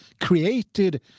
created